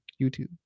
youtube